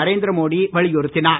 நரேந்திர மோடி வலியுறுத்தினார்